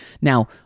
Now